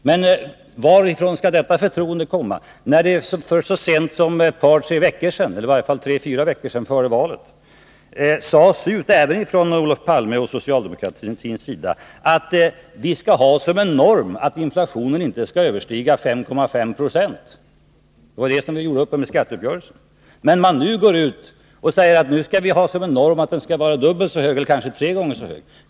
Men hur skall detta förtroende skapas, när det så sent som för åtminstone tre fyra veckor sedan förklarades även av Olof Palme och socialdemokratin att normen skall vara att inflationen inte får överstiga 5,5 Jo. Det var ju detta som vi kom överens om i skatteuppgörelsen. Nu går man ju ut och säger att siffran skall vara dubbelt så hög eller kanske tre gånger så hög.